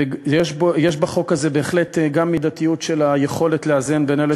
יש בחוק הזה בהחלט גם מידתיות ביכולת לאזן בין אלה